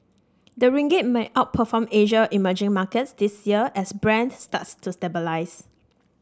the ringgit may outperform Asia emerging markets this year as Brent starts to stabilise